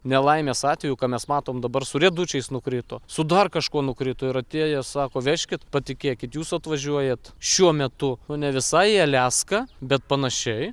nelaimės atveju ką mes matom dabar su riedučiais nukrito su dar kažkuo nukrito ir atėję sako vežkit patikėkit jūs atvažiuojat šiuo metu nu ne visai į aliaską bet panašiai